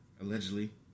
allegedly